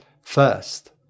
First